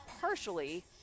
partially